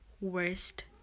worst